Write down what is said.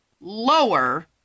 lower